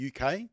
UK